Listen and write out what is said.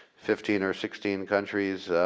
fifteen or sixteen countries.